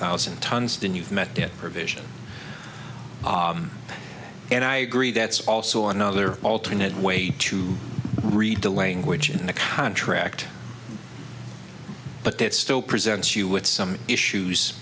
thousand tons than you've met her vision and i agree that's also another alternate way to read the language in the contract but that still presents you with some issues